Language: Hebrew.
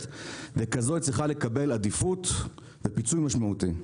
וככזו היא צריכה לקבל עדיפות ופיצוי משמעותי.